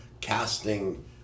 casting